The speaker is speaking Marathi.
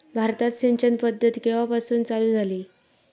भारतात सिंचन पद्धत केवापासून चालू झाली?